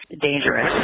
dangerous